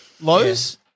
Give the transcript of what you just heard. Lows